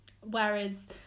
whereas